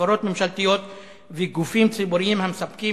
חברות ממשלתיות וגופים ציבוריים המספקים